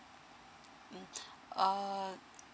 mm uh